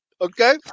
Okay